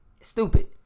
Stupid